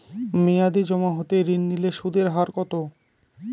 মেয়াদী জমা হতে ঋণ নিলে সুদের হার কত?